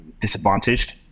disadvantaged